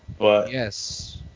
Yes